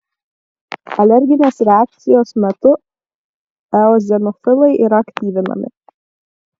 alerginės reakcijos metu eozinofilai yra aktyvinami